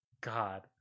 god